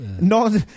No